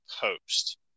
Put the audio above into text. post